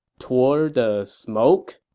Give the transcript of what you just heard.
toward the smoke?